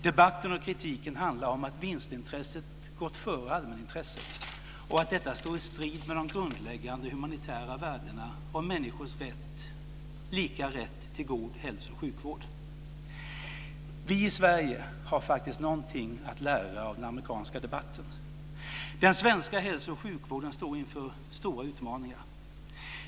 Debatten och kritiken handlar om att vinstintresset gått före allmänintresset och att detta står i strid med de grundläggande humanitära värdena om människors lika rätt till god hälso och sjukvård. Vi i Sverige har faktiskt någonting att lära av den amerikanska debatten. Den svenska hälso och sjukvården står inför stora utmaningar.